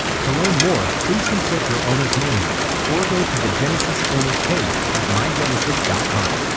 to learn more, please consult your owner's manual or go to the genesis owners page, at mygenesis dot com